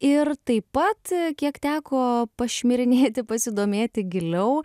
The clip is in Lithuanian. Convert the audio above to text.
ir taip pat kiek teko pašmirinėti pasidomėti giliau